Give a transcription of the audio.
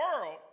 world